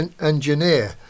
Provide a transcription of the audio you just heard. engineer